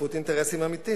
ושותפות אינטרסים אמיתית.